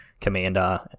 commander